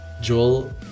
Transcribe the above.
Joel